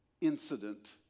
incident